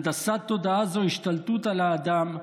הנדסת תודעה זו השתלטות על האדם,